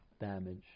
damage